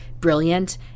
brilliant